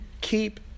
keep